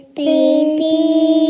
baby